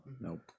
Nope